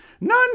none